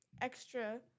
extra